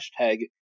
Hashtag